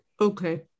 Okay